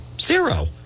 Zero